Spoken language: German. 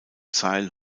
zeil